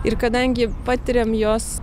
ir kadangi patiriam jos